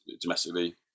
domestically